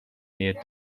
near